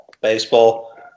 Baseball